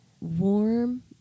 warm